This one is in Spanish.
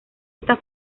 está